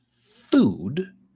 food